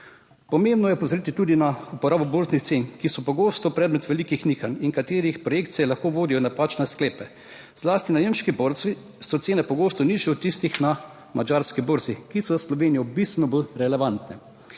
Pomembno je opozoriti tudi na uporabo borznih cen, ki so pogosto predmet velikih nihanj in katerih projekcije lahko vodijo v napačne sklepe. Zlasti na nemški borzi so cene pogosto nižje od tistih na madžarski borzi, ki so za Slovenijo bistveno bolj relevantne.